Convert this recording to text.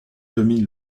domine